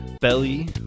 belly